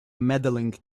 medaling